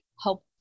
help